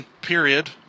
Period